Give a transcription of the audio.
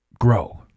grow